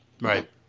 Right